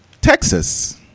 texas